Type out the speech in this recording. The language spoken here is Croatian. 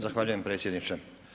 Zahvaljujem predsjedniče.